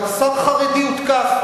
גם שר חרדי הותקף.